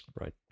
Right